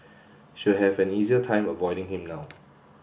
she'll have an easier time avoiding him now